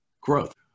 growth